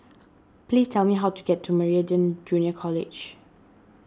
please tell me how to get to Meridian Junior College